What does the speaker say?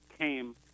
came